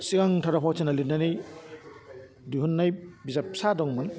सिगांथाराव फावथिना लिरनानै दिहुन्नाय बिजाब फिसा दंमोन